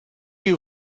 you